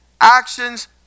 Actions